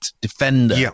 defender